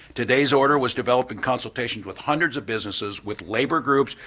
today's order was developed in consultation with hundreds of businesses with labor groups,